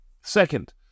Second